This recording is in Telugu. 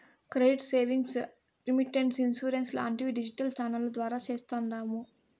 క్రెడిట్ సేవింగ్స్, రెమిటెన్స్, ఇన్సూరెన్స్ లాంటివి డిజిటల్ ఛానెల్ల ద్వారా చేస్తాండాము